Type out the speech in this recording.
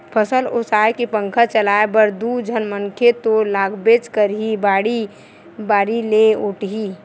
फसल ओसाए के पंखा चलाए बर दू झन मनखे तो लागबेच करही, बाड़ी बारी ले ओटही